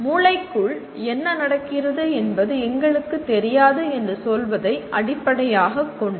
மூளைக்குள் என்ன நடக்கிறது என்பது எங்களுக்குத் தெரியாது என்று சொல்வதை அடிப்படையாகக் கொண்டது